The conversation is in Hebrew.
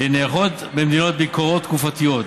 נערכות במדינות ביקורות תקופתיות.